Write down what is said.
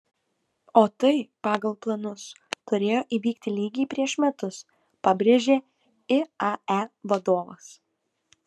o tai pagal planus turėjo įvykti lygiai prieš metus pabrėžė iae vadovas